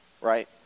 right